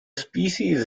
species